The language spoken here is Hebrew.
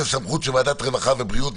אז זו סמכות של ועדת הרווחה והבריאות,